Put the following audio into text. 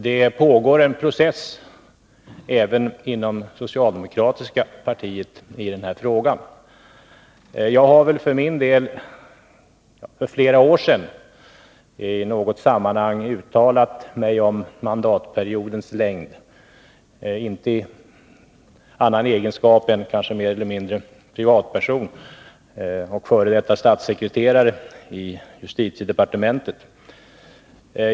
Det pågår en process även inom det socialdemokratiska partiet i den här frågan. Jag har för min del för flera år sedan i något sammanhang uttalat mig om mandatperiodens längd — inte i annan egenskap än som privatperson och f. d. statssekreterare i justitiedepartementet.